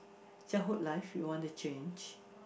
childhood life you want to change